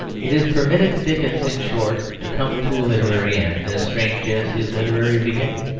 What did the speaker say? it is permitted to dickens, in short, to come to a literary end as strange as his literary beginning.